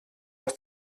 aus